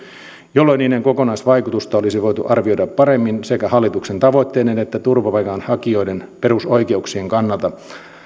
jolloin niiden kokonaisvaikutusta olisi voitu arvioida paremmin sekä hallituksen tavoitteiden että turvapaikanhakijoiden perusoikeuksien kannalta